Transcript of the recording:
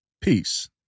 Peace